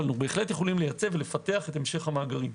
בהחלט אפשר לייצא ולפתח את המשך המאגרים.